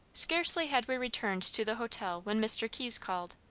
scarcely had we returned to the hotel when mr. keyes called,